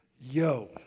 Yo